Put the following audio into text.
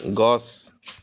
গছ